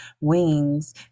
wings